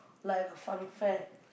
like a funfair